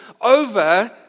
over